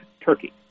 Turkey